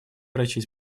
врачей